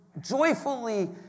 joyfully